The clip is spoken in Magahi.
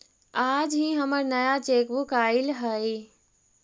आज ही हमर नया चेकबुक आइल हई